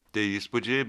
tie įspūdžiai